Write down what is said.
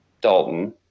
Dalton